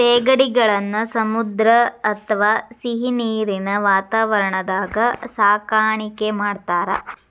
ಸೇಗಡಿಗಳನ್ನ ಸಮುದ್ರ ಅತ್ವಾ ಸಿಹಿನೇರಿನ ವಾತಾವರಣದಾಗ ಸಾಕಾಣಿಕೆ ಮಾಡ್ತಾರ